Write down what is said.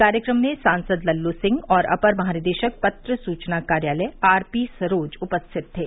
कार्यक्रम में सांसद लल्लू सिंह और अपर महानिदेशक पत्र सूचना कार्यालय आर पी सरोज उपस्थित थे